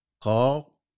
call